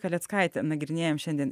kaleckaite nagrinėjam šiandien